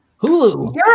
Hulu